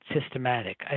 systematic